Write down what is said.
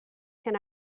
can